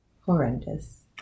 horrendous